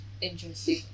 interesting